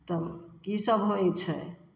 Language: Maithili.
तब कीसभ होइ छै